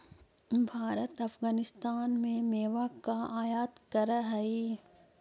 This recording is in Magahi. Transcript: भारत अफगानिस्तान से मेवा का आयात करअ हई